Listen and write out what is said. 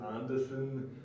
Anderson